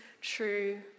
true